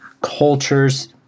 cultures